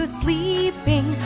sleeping